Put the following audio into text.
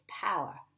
power